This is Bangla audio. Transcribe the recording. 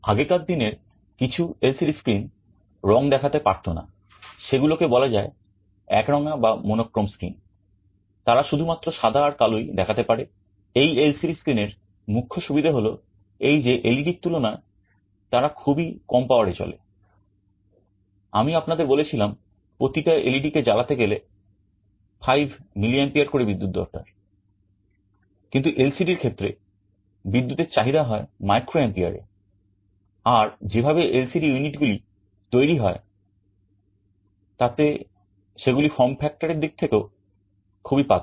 আগেকার দিনের কিছু এলসিডি দিক থেকেও খুবই পাতলা